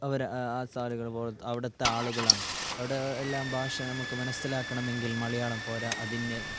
അവർ ആസാം അവിടുത്തെ ആളുകളാണ് അവിടെയെല്ലാം ഭാഷ നമുക്ക് മനസ്സിലാക്കണമെങ്കിൽ മലയാളം പോര അതിന്